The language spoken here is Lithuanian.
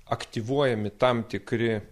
aktyvuojami tam tikri